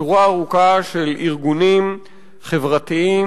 שורה ארוכה של ארגונים חברתיים,